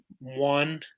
one